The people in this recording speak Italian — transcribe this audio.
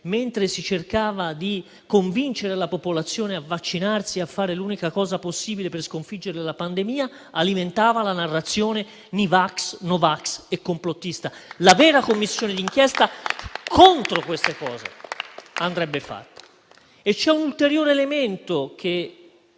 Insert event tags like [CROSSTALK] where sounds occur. mentre si cercava di convincere la popolazione a vaccinarsi e a fare l'unica cosa possibile per sconfiggere la pandemia, alimentavano la narrazione ni vax, no vax e complottista. La vera Commissione d'inchiesta andrebbe fatta su questi aspetti. [APPLAUSE] Vi è poi un ulteriore elemento che